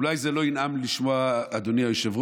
אולי זה לא ינעם לשמוע, אדוני היושב-ראש,